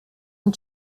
and